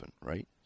right